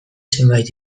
zenbait